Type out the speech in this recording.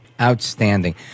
Outstanding